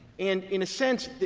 and in a sense,